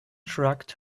shrugged